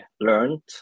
learned